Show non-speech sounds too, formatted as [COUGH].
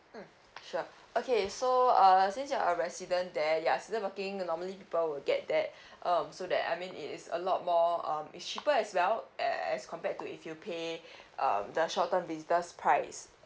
mm sure okay so uh since you're a resident there you're seasoned working normally people will get that [BREATH] um so that I mean it is a lot more um is cheaper as well as compared to if you pay um the short term visitors price